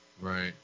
Right